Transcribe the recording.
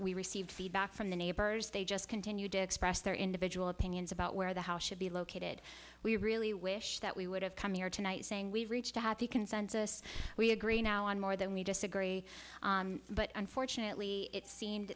we received feedback from the neighbors they just continued to express their individual opinions about where the house should be located we really wish that we would have come here tonight saying we reached a happy consensus we agree on more than we disagree but unfortunately it seemed